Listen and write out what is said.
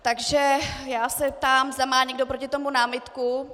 Takže já se ptám, zda má někdo proti tomu námitku.